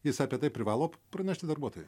jis apie tai privalo pranešti darbuotojui